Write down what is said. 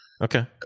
Okay